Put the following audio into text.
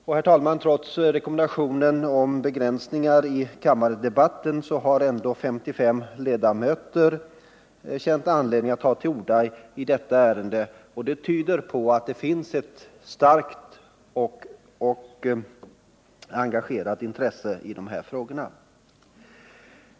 Och trots rekommendationen om begränsning av kammardebatterna har, herr talman, 55 ledamöter funnit anledning att begära ordet i ärendet. Det tyder på att det finns ett starkt intresse och engagemang i dessa frågor.